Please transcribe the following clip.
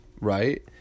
right